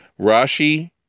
Rashi